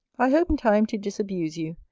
i hope in time to disabuse you,